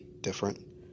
different